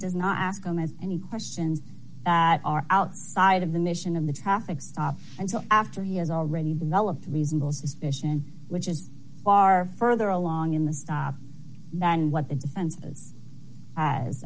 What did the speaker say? does not ask any questions that are outside of the mission of the traffic stop until after he has already developed reasonable suspicion which is far further along in the stop than what the defense has